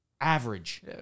average